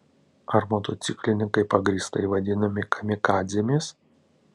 ar motociklininkai pagrįstai vadinami kamikadzėmis